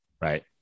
Right